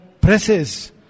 presses